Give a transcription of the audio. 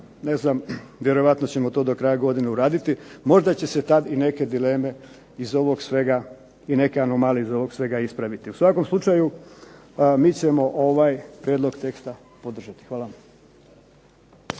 ne znam vjerojatno ćemo to do kraja godine uraditi. Možda će se tad i neke dileme iz ovog svega i neke anomalije iz ovog svega ispraviti. U svakom slučaju mi ćemo ovaj prijedlog teksta podržati. Hvala.